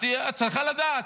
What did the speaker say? את צריכה לדעת.